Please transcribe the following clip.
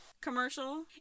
commercial